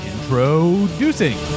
introducing